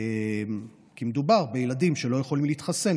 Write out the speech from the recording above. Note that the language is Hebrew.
כי מדובר בילדים שלא יכולים להתחסן,